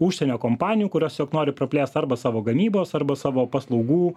užsienio kompanijų kurios juk nori praplėst arba savo gamybos arba savo paslaugų